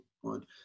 one